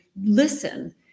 listen